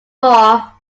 four